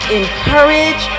encourage